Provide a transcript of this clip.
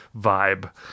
vibe